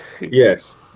Yes